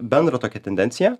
bendrą tokią tendenciją